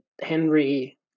Henry